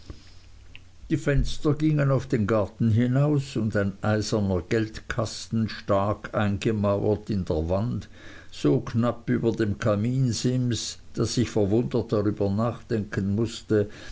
die fenster gingen auf den garten hinaus und ein eiserner geldkasten stak eingemauert in der wand so knapp über dem kaminsims daß ich verwundert darüber nachdenken mußte